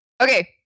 Okay